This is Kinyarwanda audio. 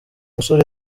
musore